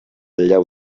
llau